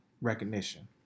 recognition